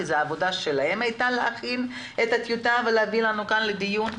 כי העבודה שלהם הייתה להכין את הטיוטה ולהביא לנו אותה לכאן לדיון.